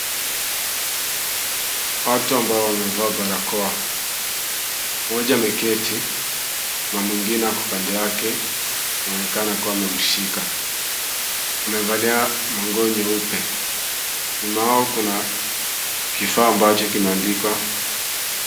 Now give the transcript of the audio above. Watu ambao wamevaa barakoa. Mmoja ameketi na mwingine ako kando yake. Anaonekana kuwa amemshika. Wamevalia manguo nyeupe. Nyuma yao kuna kifaa ambacho kimeandikwa.